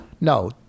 No